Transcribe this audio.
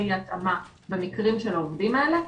אי התאמה במקרים של העובדים האלה,